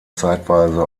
zeitweise